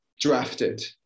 drafted